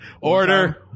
Order